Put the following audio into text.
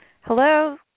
Hello